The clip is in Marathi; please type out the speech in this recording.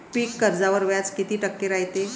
पीक कर्जावर व्याज किती टक्के रायते?